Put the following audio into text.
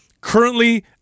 currently